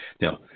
Now